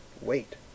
wait